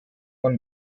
man